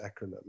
acronym